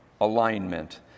Alignment